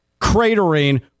cratering